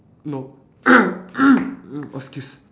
no excuse